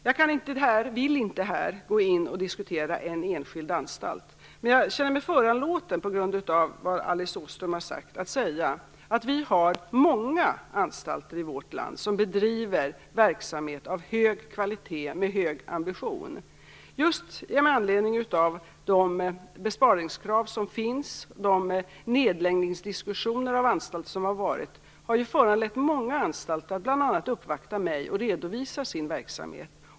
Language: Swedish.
Jag vill inte här diskutera en enskild anstalt. Men på grund av vad Alice Åström har sagt känner jag mig föranlåten att säga att det finns många anstalter i vårt land som bedriver en verksamhet av hög kvalitet och som har höga ambitioner. Besparingskraven och de diskussioner om nedläggningar av anstalter som har varit har föranlett många anstalter att bl.a. uppvakta mig och redovisa sin verksamhet.